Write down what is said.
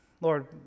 Lord